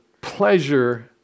pleasure